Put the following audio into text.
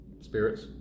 Spirits